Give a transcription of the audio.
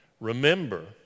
Remember